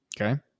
Okay